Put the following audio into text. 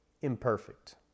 imperfect